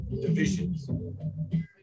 divisions